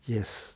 yes